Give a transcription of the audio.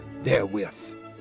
therewith